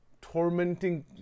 tormenting